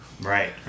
Right